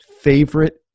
favorite